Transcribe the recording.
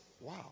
wow